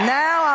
now